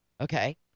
Okay